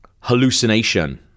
Hallucination